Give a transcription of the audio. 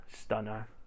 stunner